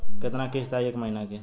कितना किस्त आई एक महीना के?